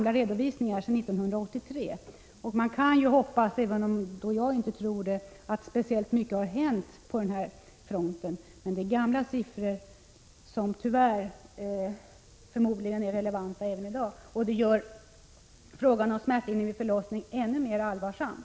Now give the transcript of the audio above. Det är redovisningar från 1983, och man kan ju hoppas — även om jag inte tror att speciellt mycket har hänt på den här fronten. Det är emellertid gamla siffror, som tyvärr förmodligen är relevanta även i dag. Detta gör frågan om smärtfri förlossning ännu allvarligare.